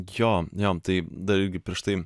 jo jo tai dar irgi prieš tai